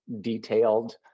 detailed